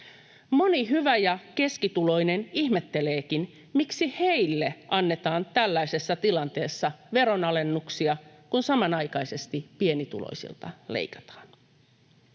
Moni hyvä- ja keskituloinen ihmetteleekin, miksi heille annetaan tällaisessa tilanteessa veronalennuksia, kun samanaikaisesti pienituloisilta leikataan.